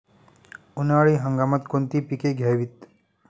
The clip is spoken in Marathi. उन्हाळी हंगामात कोणती पिके घ्यावीत?